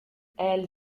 elle